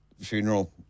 funeral